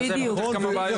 אולי זה היה פותר כמה בעיות.